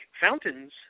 fountains